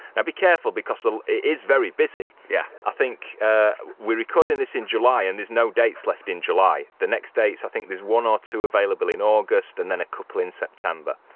now be careful because it is very busy. yeah i think we're recording this in july and there's no dates left in july the next dates i think there's one or two available in august and then a couple in september,